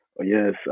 Yes